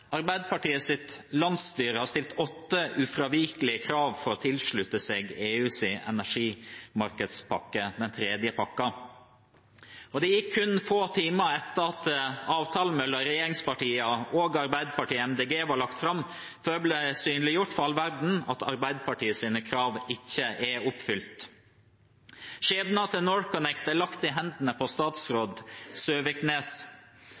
Arbeiderpartiet og Miljøpartiet De Grønne var lagt fram, før det ble synliggjort for all verden at Arbeiderpartiets krav ikke er oppfylt. Skjebnen til NorthConnect er lagt i hendene på statsråd Søviknes.